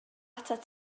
atat